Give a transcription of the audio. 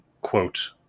quote